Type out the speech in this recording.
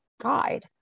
guide